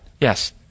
Yes